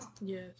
Yes